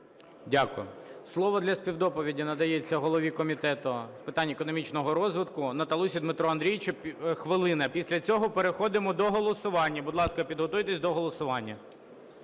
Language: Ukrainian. Дякую. Слово для співдоповіді надається голові Комітету з питань економічного розвитку Наталусі Дмитру Андрійовичу, хвилина. Після цього переходимо до голосування. Будь ласка, підготуйтеся до голосування.